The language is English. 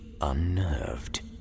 unnerved